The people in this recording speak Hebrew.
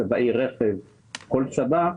צבעי רכב או כל צבע,